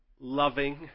loving